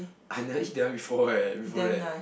I never eat that one before eh before that